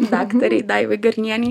daktarei daivai garnienei